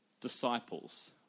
disciples